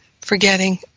forgetting